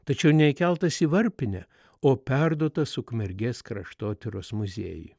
tačiau neįkeltas į varpinę o perduotas ukmergės kraštotyros muziejui